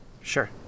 sure